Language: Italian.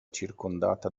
circondata